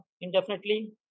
indefinitely